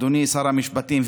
אדוני שר המשפטים,